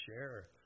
share